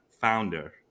founder